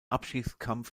abstiegskampf